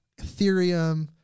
Ethereum